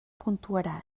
puntuarà